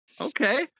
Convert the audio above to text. Okay